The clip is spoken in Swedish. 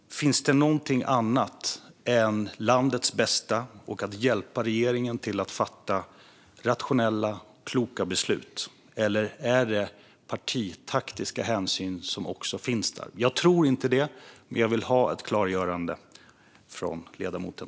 Är det landets bästa och att hjälpa regeringen att fatta rationella och kloka beslut som gäller eller partitaktiska hänsyn? Jag tror inte på det senare, men jag vill ha ett klargörande från ledamoten.